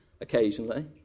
occasionally